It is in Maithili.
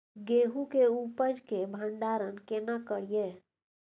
गेहूं के उपज के भंडारन केना करियै?